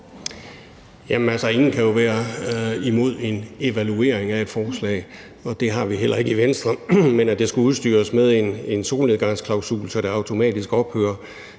Jamen altså, ingen kan jo være imod en evaluering af et forslag, og det er vi heller ikke i Venstre. Men i forhold til at det skulle udstyres med en solnedgangsklausul, så det automatisk ophører,